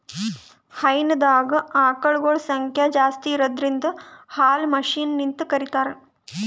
ಹೈನಾದಾಗ್ ಆಕಳಗೊಳ್ ಸಂಖ್ಯಾ ಜಾಸ್ತಿ ಇರದ್ರಿನ್ದ ಹಾಲ್ ಮಷಿನ್ಲಿಂತ್ ಕರಿತಾರ್